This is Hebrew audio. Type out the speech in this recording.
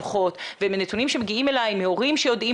ומנתונים שמגיעים אליי מהורים שיודעים